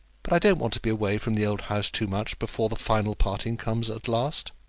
but i don't want to be away from the old house too much before the final parting comes at last.